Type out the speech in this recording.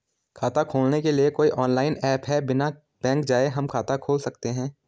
खाता खोलने के लिए कोई ऑनलाइन ऐप है बिना बैंक जाये हम खाता खोल सकते हैं?